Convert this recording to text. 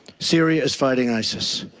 syria is fighting isis.